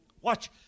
Watch